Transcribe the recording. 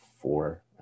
four